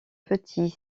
petit